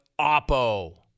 oppo